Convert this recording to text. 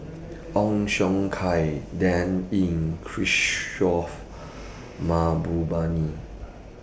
Ong Siong Kai Dan Ying Kishore Mahbubani